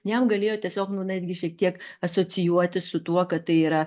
jam galėjo tiesiog netgi šiek tiek asocijuotis su tuo kad tai yra